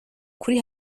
kuri